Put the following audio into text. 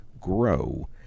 grow